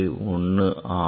1 ஆகும்